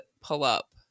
pull-up